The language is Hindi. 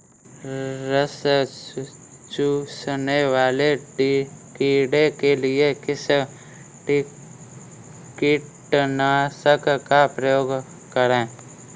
रस चूसने वाले कीड़े के लिए किस कीटनाशक का प्रयोग करें?